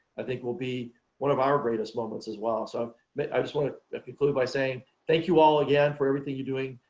i think will be one of our greatest moments as well so i just wanted that concluded by saying thank you all again for everything you're doing.